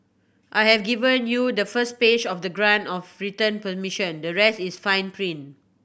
I have given you the first page of the grant of return permission the rest is fine print